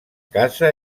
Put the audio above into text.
casa